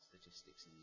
statistics